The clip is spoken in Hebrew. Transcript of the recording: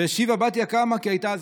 והשיבה: בתיה קמה כי הייתה אזעקה.